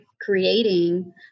creating